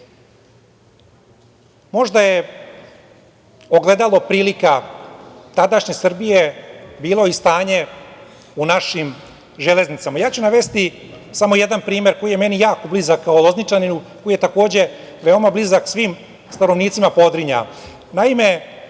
možda je ogledalo prilika tadašnje Srbije bilo i stanje u našim železnicama. Navešću samo jedan primer koji je meni jako blizak kao Lozničaninu, koji je takođe veoma blizak svim stanovnicima Podrinja.